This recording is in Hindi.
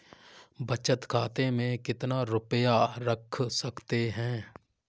बचत खाते में कितना रुपया रख सकते हैं?